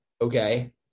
Okay